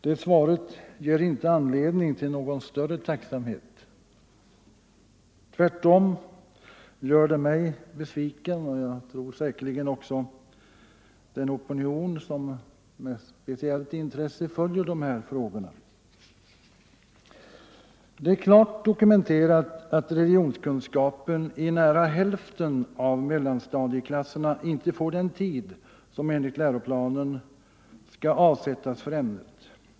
Det svaret ger inte anledning till någon större tacksamhet. Tvärtom gör det mig besviken och säkerligen också den opinion som med speciellt intresse följer de här frågorna. Det är klart dokumenterat att religionskunskapen i nära hälften av mellanstadieklasserna inte får den tid som enligt läroplanen skall avsättas för ämnet.